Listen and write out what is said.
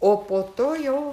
o po to jau